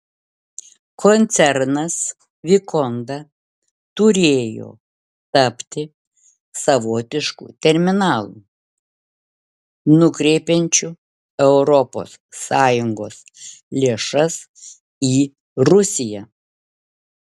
koncernas vikonda turėjo tapti savotišku terminalu nukreipiančiu europos sąjungos lėšas į rusiją